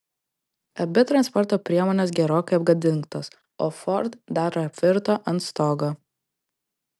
abi transporto priemonės gerokai apgadintos o ford dar apvirto ant stogo